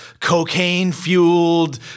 cocaine-fueled